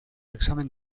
examen